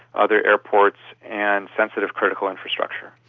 other airports, and sensitive critical infrastructure.